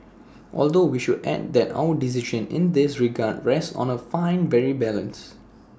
although we should add that our decision in this regard rests on A fine very balance